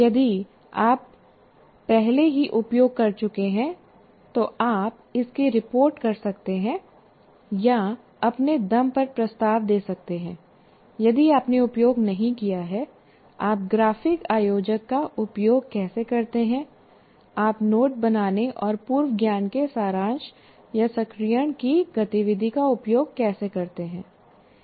यदि आप पहले ही उपयोग कर चुके हैं तो आप इसकी रिपोर्ट कर सकते हैं या अपने दम पर प्रस्ताव दे सकते हैं यदि आपने उपयोग नहीं किया है आप ग्राफिक आयोजक का उपयोग कैसे करते हैं आप नोट बनाने और पूर्व ज्ञान के सारांश या सक्रियण की गतिविधि का उपयोग कैसे करते हैं